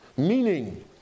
meaning